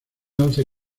once